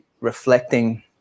reflecting